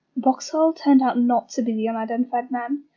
boxall turned out not to be the unidentified man,